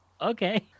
Okay